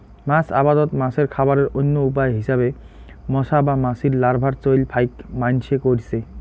মাছ আবাদত মাছের খাবারের অইন্য উপায় হিসাবে মশা বা মাছির লার্ভার চইল ফাইক মাইনষে কইরচে